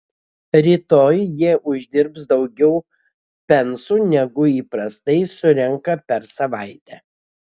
rytoj jie uždirbs daugiau pensų negu įprastai surenka per savaitę